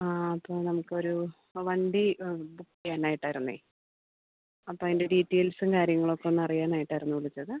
ആ അപ്പോൾ നമുക്കൊരു വണ്ടി വേണമായിട്ടായിരുന്നേ അപ്പോൾ അതിൻ്റെ ഡീറ്റേയ്ൽസും കാര്യങ്ങളൊക്കെയൊന്ന് അറിയാനായിട്ടായിരുന്നു വിളിച്ചത്